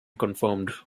confirmed